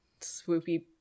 swoopy